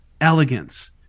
elegance